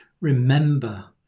remember